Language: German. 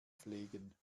pflegen